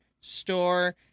store